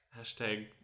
Hashtag